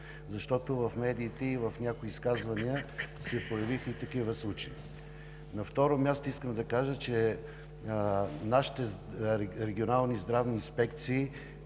2019. В медиите и в някои изказвания се появиха и такива случаи. На второ място, искам да кажа, че нашите регионални здравни инспекции,